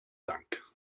dank